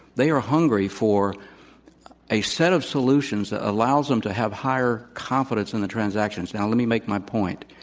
they are hungry for a set of solutions that allows them to have higher confidence in their transactions. now let me make my point.